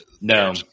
No